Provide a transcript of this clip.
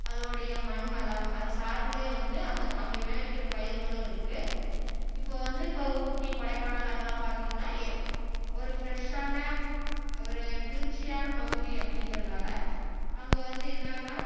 அதனுடைய மண் வளம் அதை சார்ந்தே வந்து அந்த அங்கே விளைவிக்கிற பயிர்களும் இருக்குது இப்போ வந்து இப்போ ஊட்டி கொடைக்கானல் அங்கெல்லாம் பார்த்தீங்கன்னா ஏ ஒரு ஃபிரெஷ்ஷான ஒரு குளிர்ச்சியான பகுதி அப்படிங்கிறதால அங்கே வந்து என்னென்னா